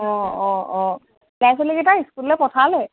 অঁ অঁ অঁ ল'ৱা ছোৱালীকেইটাক স্কুললে পঠালে